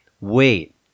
wait